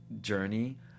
journey